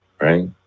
Right